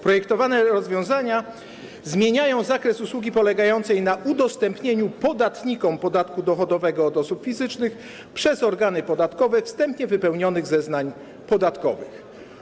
Projektowane rozwiązania zmieniają zakres usługi polegającej na udostępnieniu podatnikom podatku dochodowego od osób fizycznych przez organy podatkowe wstępnie wypełnionych zeznań podatkowych.